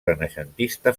renaixentista